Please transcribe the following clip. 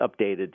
updated